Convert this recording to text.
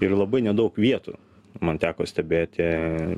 ir labai nedaug vietų man teko stebėti